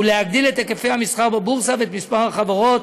ולהגדיל את היקפי המסחר בבורסה ואת מספר החברות